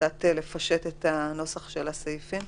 קצת לפשט את הנוסח של הסעיפים.